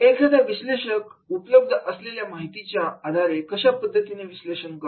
एखादा विश्लेषक उपलब्ध असलेल्या माहितीचे कशा पद्धतीने विश्लेषण करतो